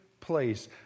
place